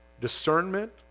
discernment